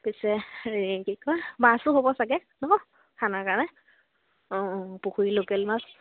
পিছে হেৰি কি কয় মাছো হ'ব চাগে ন খানাৰ কাৰণে অঁ অঁ পুখুৰী লোকেল মাছ